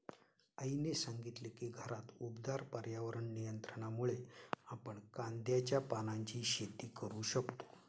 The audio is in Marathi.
आईने सांगितले की घरात उबदार पर्यावरण नियंत्रणामुळे आपण कांद्याच्या पानांची शेती करू शकतो